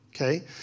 Okay